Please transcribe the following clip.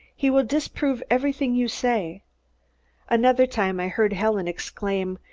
he will disprove everything you say another time i heard helen exclaim,